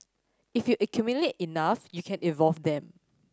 if you accumulate enough you can evolve them